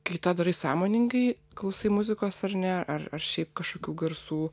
kai tą darai sąmoningai klausai muzikos ar ne ar ar šiaip kažkokių garsų